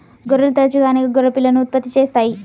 గొర్రెలు తరచుగా అనేక గొర్రె పిల్లలను ఉత్పత్తి చేస్తాయి